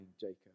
Jacob